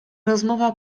rozmowa